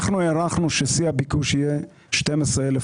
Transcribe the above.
אנחנו הערכנו ששיא הביקוש יהיה 12,200,